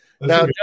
Now